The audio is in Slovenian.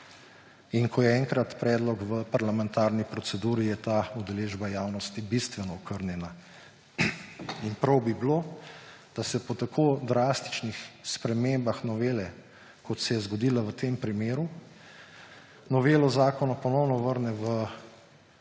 In ko je enkrat predlog v parlamentarni proceduri, je ta udeležba javnosti bistveno okrnjena. In prav bi bilo, da se po tako drastičnih spremembah novele, kot se je zgodila v tem primeru, novelo zakona ponovno vrne v